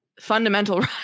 fundamental